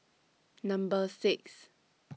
Number six